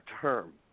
term